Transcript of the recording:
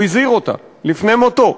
הוא הזהיר אותה לפני מותו: